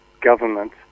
government